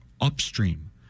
upstream